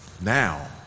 Now